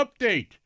update